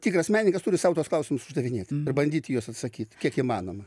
tikras menininkas turi sau tuos klausimus uždavinėt ir bandyti juos atsakyt kiek įmanoma